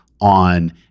on